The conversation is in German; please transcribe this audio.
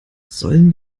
sollen